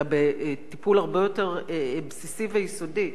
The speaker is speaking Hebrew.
אלא בטיפול הרבה יותר בסיסי ויסודי,